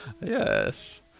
Yes